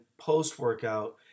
post-workout